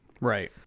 Right